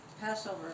Passover